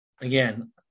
Again